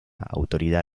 autoridad